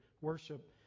worship